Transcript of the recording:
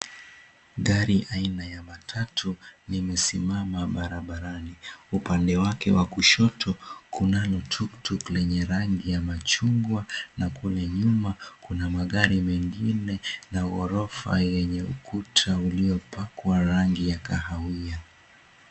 Gari aina ya matatu limesimama barabarani upande wake wa kushoto, kunalo tuktuku lenye rangi ya machungwa na kule nyuma kuna magari mengine na ghorofa lenye ukuta uliopakwa rangi ya kahawia.